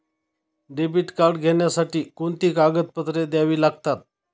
Debit card घेण्यासाठी कोणती कागदपत्रे द्यावी लागतात?